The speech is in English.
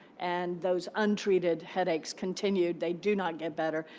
and those untreated headaches continued. they do not get better.